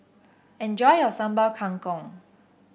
enjoy your Sambal Kangkong